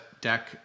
deck